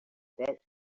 bit